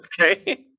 Okay